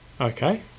Okay